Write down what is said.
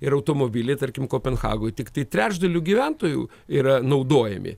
ir automobiliai tarkim kopenhagoj tiktai trečdalio gyventojų yra naudojami